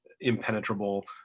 impenetrable